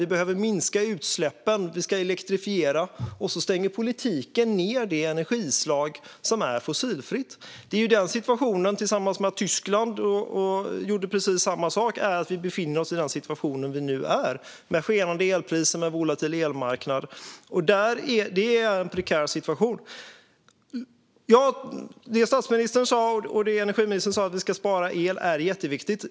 Vi behöver minska utsläppen. Vi ska elektrifiera. Då stänger politiken ned det energislag som är fossilfritt. Det är den situationen, tillsammans med att Tyskland har gjort precis samma sak, som gör att vi nu befinner oss i en situation med skenande elpriser och en volatil elmarknad. Det är en prekär situation. Det som statsministern och energiministern sa, att vi ska spara el, är jätteviktigt.